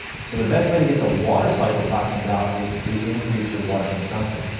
so the best way to get the water soluble toxins out is to increase your water consumption.